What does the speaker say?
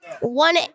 One